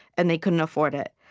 and they couldn't afford it.